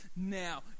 now